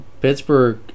Pittsburgh